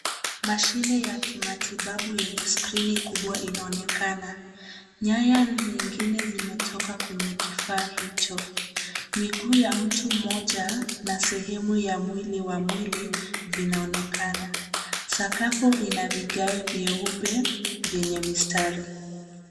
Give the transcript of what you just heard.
Mashini ya kimatibabu yenye skrini kubwa inaonekana. Nyaya nyingine zimetoka kwenye kifaa hicho. Miguu ya mtu mmoja na sehemu ya mwili wa mwili vinaonekana. Sakafu ina vigae vyeupe vyenye mistari.